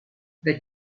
the